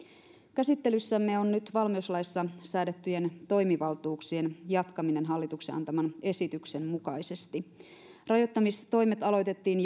käsittelyssämme on nyt valmiuslaissa säädettyjen toimivaltuuksien jatkaminen hallituksen antaman esityksen mukaisesti rajoittamistoimet aloitettiin